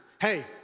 Hey